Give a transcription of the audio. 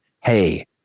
hey